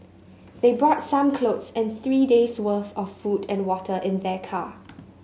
they brought some clothes and three days' worth of food and water in their car